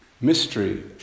Mystery